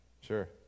Sure